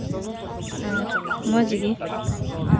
ᱟᱨ ᱢᱚᱡᱽ ᱜᱮ